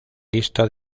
lista